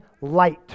light